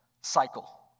cycle